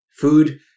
Food